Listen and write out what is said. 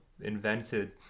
invented